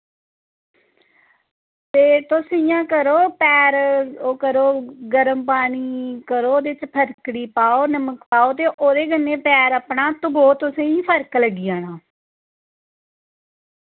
ते तुस इ'यां करो पैर ओह् करो गर्म पानी करो ओह्दे च फटकरी पाओ नमक पाओ ते ओह्दे कन्नै पैर अपना धोवो तुसेंगी फर्क लग्गी जाना